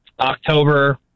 october